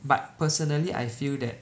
but personally I feel that